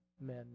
men